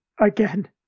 Again